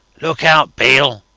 look out, beale!